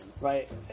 right